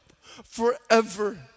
Forever